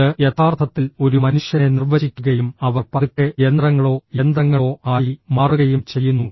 ഇത് യഥാർത്ഥത്തിൽ ഒരു മനുഷ്യനെ നിർവചിക്കുകയും അവർ പതുക്കെ യന്ത്രങ്ങളോ യന്ത്രങ്ങളോ ആയി മാറുകയും ചെയ്യുന്നു